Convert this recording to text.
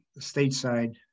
stateside